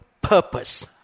purpose